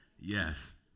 Yes